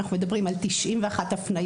אנחנו מדברים על 91 הפניות.